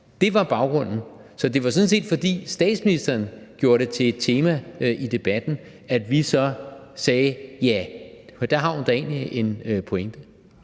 Det var baggrunden. Så det var sådan set, fordi statsministeren gjorde det til et tema i debatten, at vi så sagde: Ja, der har hun da egentlig en pointe.